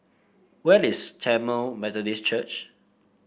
where is Tamil Methodist Church